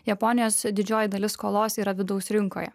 japonijos didžioji dalis skolos yra vidaus rinkoje